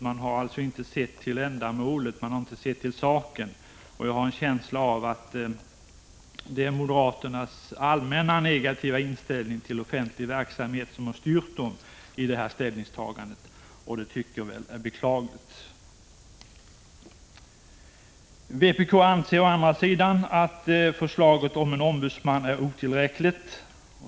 Man har inte sett till ändamålet och till saken, och jag har en känsla av att det är moderaternas allmänna negativa inställning till offentlig verksamhet som styrt dem i detta ställningstagande, och det tycker jag är beklagligt. Vpk anser å andra sidan att förslaget om en ombudsman är otillräckligt.